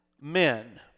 men